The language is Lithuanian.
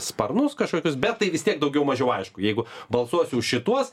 sparnus kažkokius bet tai vis tiek daugiau mažiau aišku jeigu balsuosi už šituos